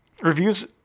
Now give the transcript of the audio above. Reviews